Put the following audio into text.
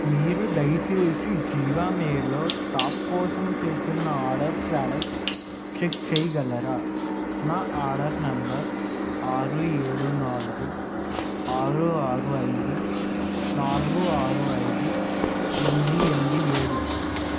మీరు దయచేసి జీవామేలో టాప్ కోసం చేసిన నా ఆర్డర్స్ స్టేటస్ చెక్ చెయగలరా నా ఆర్డర్ నెంబర్ ఆరు ఏడు నాలుగు ఆరు ఆరు ఐదు నాలుగు ఆరు ఐదు ఎనిమిది ఎనిమిది ఏడు